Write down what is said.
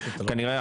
כנראה,